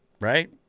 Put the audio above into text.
Right